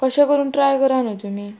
कशें करून ट्राय करा न्हू तुमी